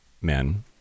Men